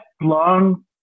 long